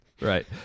Right